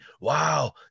Wow